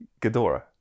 Ghidorah